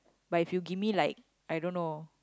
but if you give me like I don't know